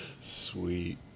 sweet